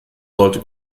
sollte